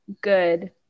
good